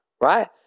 right